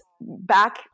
back